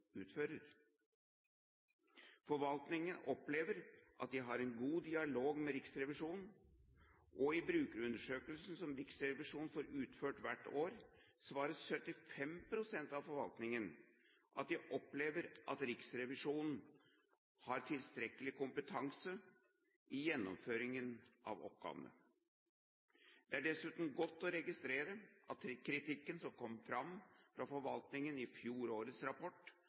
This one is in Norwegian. Forvaltningen opplever at de har en god dialog med Riksrevisjonen, og i brukerundersøkelsen som Riksrevisjonen får utført hvert år, svarer 75 pst. av forvaltningen at de opplever at Riksrevisjonen har tilstrekkelig kompetanse i gjennomføringen av oppgavene. Det er dessuten godt å registrere at kritikken som kom fram fra forvaltningen i fjorårets rapport